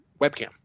webcam